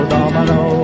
Domino